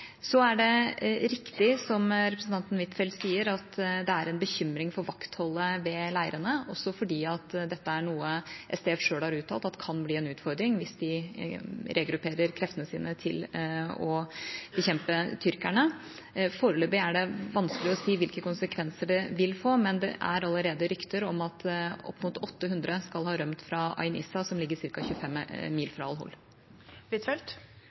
Så er det riktig som representanten Huitfeldt sier, at det er en bekymring for vaktholdet ved leirene, også fordi dette er noe SDF selv har uttalt kan bli en utfordring hvis de regrupperer kreftene sine til å bekjempe tyrkerne. Foreløpig er det vanskelig å si hvilke konsekvenser det vil få, men det er allerede rykter om at opp mot 800 skal ha rømt fra Ain Issa, som ligger ca. 25 mil fra Al-Hol. Det åpnes for oppfølgingsspørsmål – først Anniken Huitfeldt.